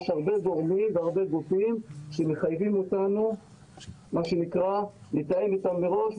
יש הרבה גורמים והרבה גופים שמחייבים אותנו לתאם איתם מראש,